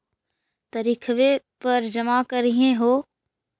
तरिखवे पर जमा करहिओ?